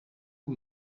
ubu